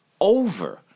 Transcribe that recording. over